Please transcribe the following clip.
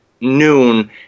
noon